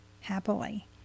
happily